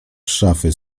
szafy